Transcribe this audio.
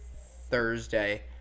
Thursday